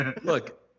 Look